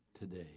today